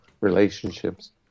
relationships